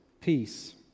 peace